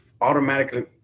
automatically